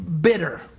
bitter